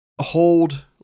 Hold